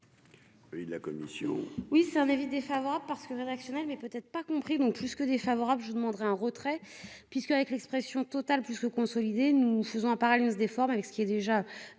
Oui c'est un avis défavorable parce que rédactionnel mais peut-être pas compris non plus que défavorable, je vous demanderai un retrait puisqu'avec l'expression totale puisque consolider nous. Nous en parlions se déforme avec ce qui est déjà